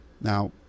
Now